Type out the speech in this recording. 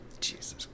Jesus